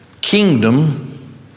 kingdom